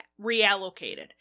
reallocated